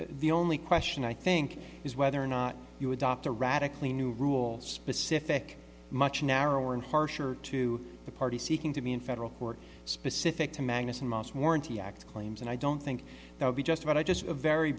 the only question i think is whether or not you adopt a radically new rules specific much narrower and harsher to the party seeking to be in federal court specific to magnussen most warranty act claims and i don't think they'll be just about i just very